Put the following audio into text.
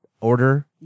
order